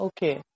Okay